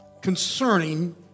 concerning